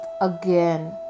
again